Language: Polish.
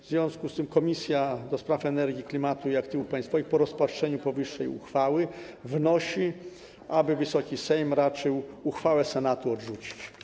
W związku z tym Komisja do Spraw Energii, Klimatu i Aktywów Państwowych po rozpatrzeniu powyższej uchwały wnosi, aby Wysoki Sejm raczył uchwałę Senatu odrzucić.